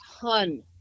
ton